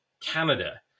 Canada